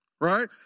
right